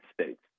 States